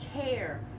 care